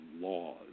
laws